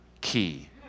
Key